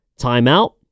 Timeout